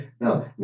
no